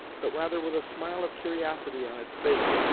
but rather with a smile of curiosity on its face,